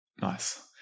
Nice